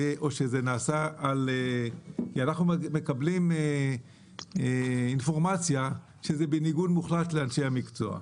כי אנחנו מקבלים אינפורמציה שאומרת שזה בניגוד מוחלט לאנשי המקצוע.